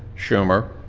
schumer,